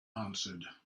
answered